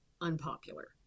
unpopular